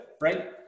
right